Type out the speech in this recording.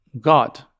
god